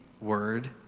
word